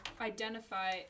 identify